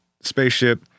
spaceship